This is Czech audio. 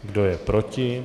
Kdo je proti?